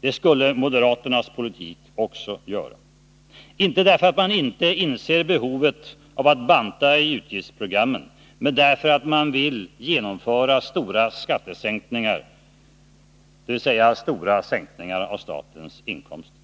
Det skulle moderaternas politik också göra. Inte därför att man inte inser behovet av att banta i utgiftsprogrammen, men därför att man vill genomföra stora skattesänkningar, dvs. stora sänkningar av statens inkomster.